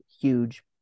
huge